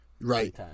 Right